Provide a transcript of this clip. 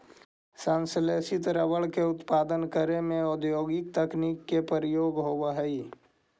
संश्लेषित रबर के उत्पादन करे में औद्योगिक तकनीक के प्रयोग होवऽ हइ